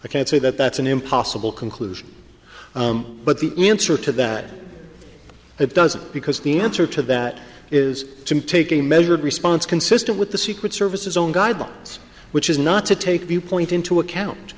i can't say that that's an impossible conclusion but the answer to that it doesn't because the answer to that is to take a measured response consistent with the secret service is own guidelines which is not to take viewpoint into account